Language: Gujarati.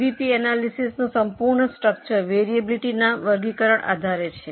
સીવીપી એનાલિસિસનું સંપૂર્ણ સ્ટ્રેકચર વરીઅબીલીટીના વર્ગીકરણ આધારે છે